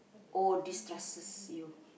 or destresses you